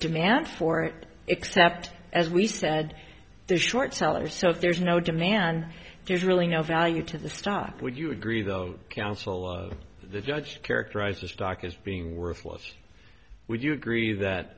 demand for it except as we said to short sellers so there's no demand there's really no value to the stock would you agree the counsel of the judge characterized the stock as being worthless would you agree that